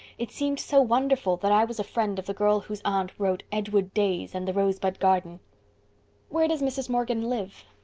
it seemed so wonderful that i was a friend of the girl whose aunt wrote edgewood days and the rosebud garden where does mrs. morgan live?